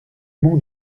mon